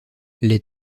les